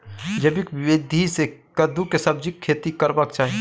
जैविक विधी से कद्दु के सब्जीक खेती करबाक चाही?